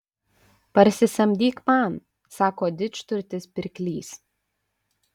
parsisamdyk man sako didžturtis pirklys